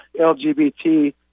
LGBT